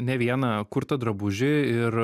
ne vieną kurtą drabužį ir